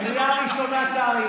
אתה תהיה, קריאה ראשונה, קרעי.